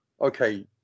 Okay